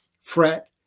fret